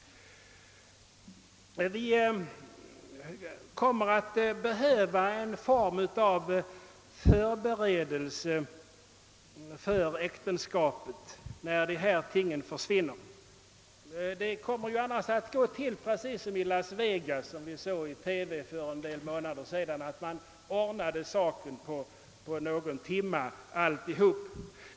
Vi kommer att behöva någon form av förberedelse för äktenskapet när lysningen försvinner. Det kommer annars att gå till precis som i Las Vegas vilket vi såg i TV för några månader sedan: man stökar undan hela saken på någon timme.